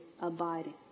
abiding